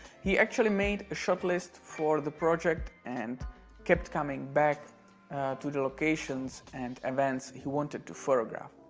he actually made a shot list for the project and kept coming back to the locations and events he wanted to photograph.